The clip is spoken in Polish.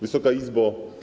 Wysoka Izbo!